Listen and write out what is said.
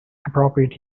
appropriate